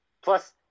Plus